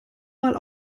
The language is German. mal